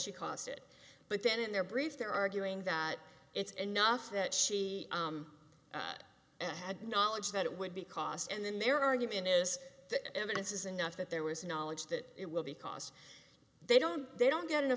she caused it but then in their brief they're arguing that it's enough that she had knowledge that it would be cost and then their argument is the evidence is enough that there was knowledge that it will because they don't they don't get